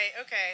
okay